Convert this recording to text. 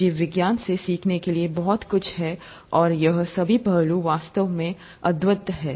जीव विज्ञान से सीखने के लिए बहुत कुछ है और यह सभी पहलु वास्तव में अद्भुत हैं